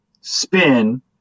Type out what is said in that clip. spin